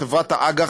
חברת האג"ח,